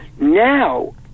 Now